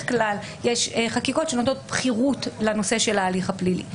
כלל יש חקיקות שנותנות חירות לנושא של ההליך הפלילי.